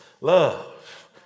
love